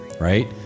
right